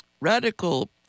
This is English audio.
Radical